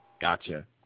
Gotcha